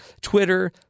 Twitter